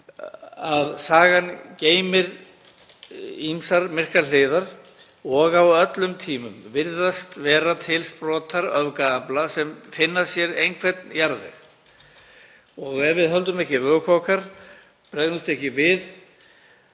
að sagan geymir ýmsar myrkar hliðar. Á öllum tímum virðast vera til sprotar öfgaafla sem finna sér einhvern jarðveg og ef við höldum ekki vöku okkar, bregðumst ekki við,